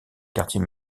quartier